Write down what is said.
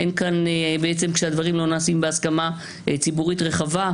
כשהדברים לא נעשים בהסכמה ציבורית רחבה,